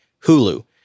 Hulu